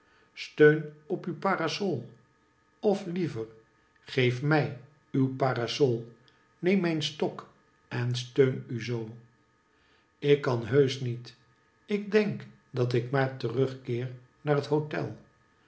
steun op uw parasol of liever geef mij uw parasol neem mijn stok en steun u zoo ik kan heusch niet ik denk dat ik maar terug keer naar het hotel